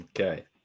Okay